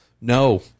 No